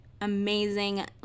amazing